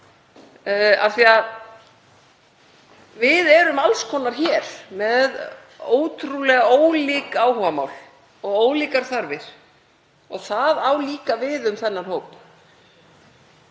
því að við erum alls konar, með ótrúlega ólík áhugamál og ólíkar þarfir og það á líka við um þennan hóp.